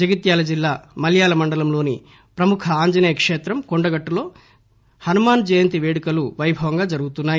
జగిత్యాల జిల్లా మల్యాల మండలం లోని ప్రముఖ ఆంజనేయ కేత్రం కొండగట్టులో చిన్న హనుమాన్ జయంతి వేడుకలు వైభవంగా జరుగుతున్నాయి